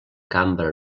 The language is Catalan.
cambra